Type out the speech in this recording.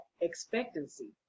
expectancy